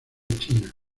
china